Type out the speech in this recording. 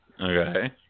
Okay